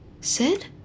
Sid